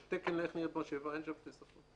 יש תקן איך נראית משאבה, אין שם שתי שפות.